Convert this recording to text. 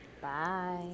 Bye